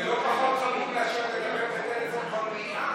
זה לא פחות חמור מאשר לדבר בטלפון במליאה,